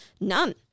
None